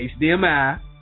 HDMI